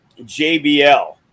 JBL